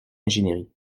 ingénierie